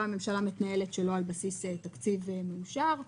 הממשלה מתנהלת שלא על פי תקציב מאושר.